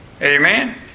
Amen